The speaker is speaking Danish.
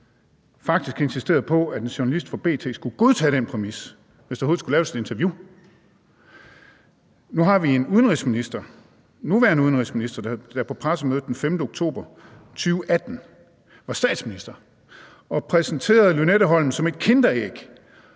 faktisk insisterede på, at en journalist fra B.T. skulle godtage den præmis, hvis der overhovedet skulle laves et interview. Nu har vi en udenrigsminister, nuværende udenrigsminister, der på pressemødet den 5. oktober 2018 var statsminister og præsenterede Lynetteholmen som et kinderæg,